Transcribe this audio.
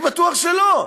אני בטוח שלא.